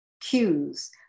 cues